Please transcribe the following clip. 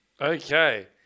Okay